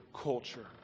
culture